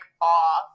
off